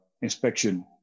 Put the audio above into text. inspection